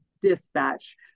dispatch